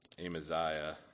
Amaziah